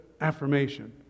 affirmation